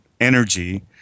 energy